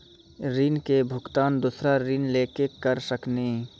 ऋण के भुगतान दूसरा ऋण लेके करऽ सकनी?